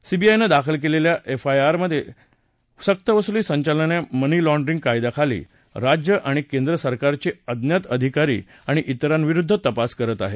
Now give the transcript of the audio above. सीबीआयनं दाखल केलेल्या एफआयआरच्या आधारे सक्तवसुली संचालनालय मनी लॉंड्रिंग कायद्याखाली राज्य आणि केंद्रसरकारचे अज्ञात अधिकारी आणि तिरांविरुद्ध तपास करत आहे